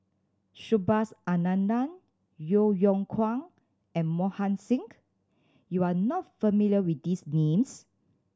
Subhas Anandan Yeo Yeow Kwang and Mohan Singh you are not familiar with these names